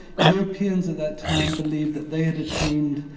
europeans at that time believed that they had attained